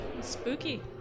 Spooky